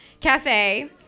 Cafe